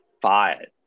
five